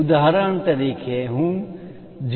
ઉદાહરણ તરીકે હું 0